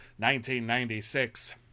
1996